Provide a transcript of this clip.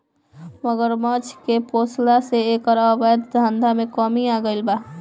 मगरमच्छ के पोसला से एकर अवैध धंधा में कमी आगईल बा